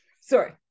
Sorry